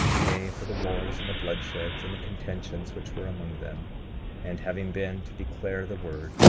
yea for the wars, and the bloodsheds, and the contentions which were among them and having been to declare the word,